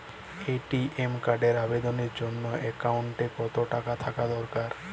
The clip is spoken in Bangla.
এ.টি.এম কার্ডের আবেদনের জন্য অ্যাকাউন্টে কতো টাকা থাকা দরকার?